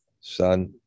son